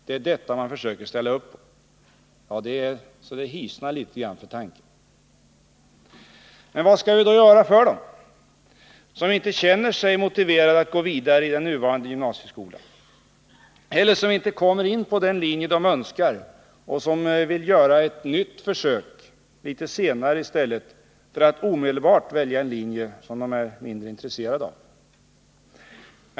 Det är detta man försöker ställa upp på. — Det är så att man hissnar. Men vad skall vi då göra för dem som inte känner sig motiverade att gå vidare i den nuvarande gymnasieskolan eller som inte kommer in på den linje de önskar men som vill göra ett nytt försök litet senare i stället för att omedelbart välja en linje som de är mindre intresserade av?